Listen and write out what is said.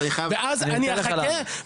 ואז אני אחכה,